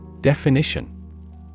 Definition